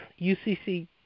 UCC